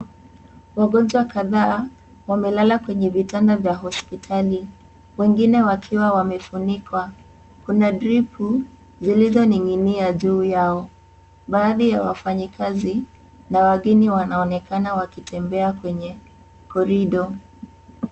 Wagonjwa kadhaa wamelala kwenye vitanda vya hospitali wengine wamefunikwa kuna dripu zilizo ninginia juu yao baadhi ya wafanyakazi na wageni wanaonekana wakitembea kwenye korido.